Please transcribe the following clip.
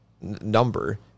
number